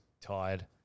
tired